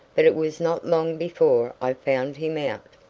but it was not long before i found him out.